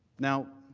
now,